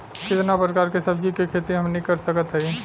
कितना प्रकार के सब्जी के खेती हमनी कर सकत हई?